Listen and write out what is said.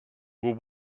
were